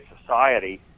society